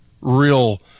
real